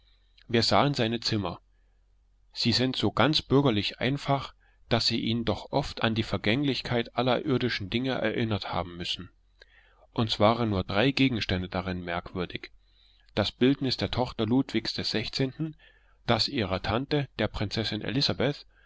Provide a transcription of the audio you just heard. wir sahen seine zimmer sie sind so ganz bürgerlich einfach daß sie ihn doch oft an die vergänglichkeit aller irdischen dinge erinnert haben müssen uns waren nur drei gegenstände darin merkwürdig das bildnis der tochter ludwigs des sechzehnten das ihrer tante der prinzessin elisabeth